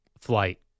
flight